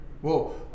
Whoa